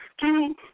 two